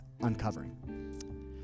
uncovering